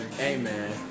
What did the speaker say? Amen